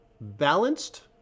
balanced